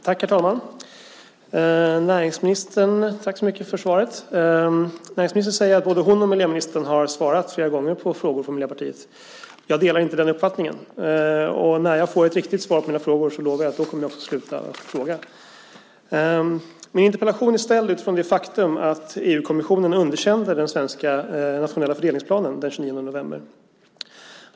Herr talman! Tack så mycket för svaret. Näringsministern säger att både hon och miljöministern har svarat flera gånger på frågor från Miljöpartiet. Jag delar inte den uppfattningen. När jag får ett riktigt svar på mina frågor lovar jag att jag kommer att sluta fråga. Min interpellation är ställd utifrån det faktum att EU-kommissionen underkände den svenska nationella fördelningsplanen den 29 november.